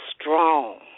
strong